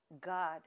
god